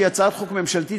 שהיא הצעת חוק ממשלתית,